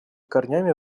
корнями